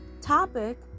topic